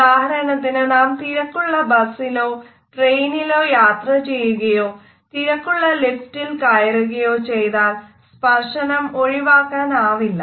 ഉദാഹരണത്തിന് നാം തിരക്കുള്ള ബസിലോ ട്രെയിനിലോ യാത്ര ചെയ്യുകയോ തിരക്കുള്ള ലിഫ്റ്റിൽ കയറുകയോ ചെയ്താൽ സ്പർശനം ഒഴിവാക്കാനാവില്ല